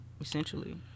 essentially